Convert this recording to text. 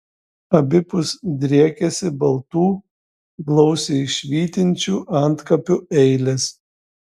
abipus driekėsi baltų blausiai švytinčių antkapių eilės